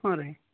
ಹ್ಞೂ ರೀ